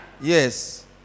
Yes